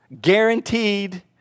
guaranteed